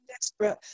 desperate